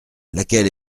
laquelle